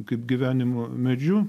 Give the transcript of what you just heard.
kaip gyvenimo medžiu